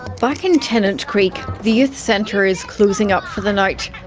back in tennant creek, the youth centre is closing up for the night.